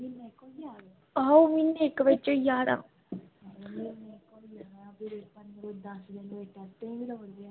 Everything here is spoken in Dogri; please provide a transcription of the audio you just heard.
आहो म्हीने इक बिच्च होई जान